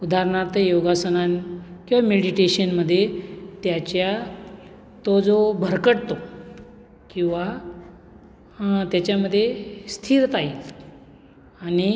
उदाहरणार्थ योगासनाने किंवा मेडिटेशनमध्ये त्याच्या तो जो भरकटतो किंवा त्याच्यामध्ये स्थिरता येईल आणि